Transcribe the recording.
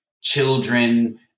children